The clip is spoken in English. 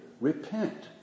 Repent